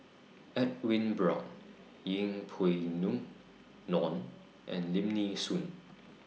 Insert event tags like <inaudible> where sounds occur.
Edwin Brown Yeng Pway <unintelligible> Ngon and Lim Nee Soon